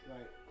Right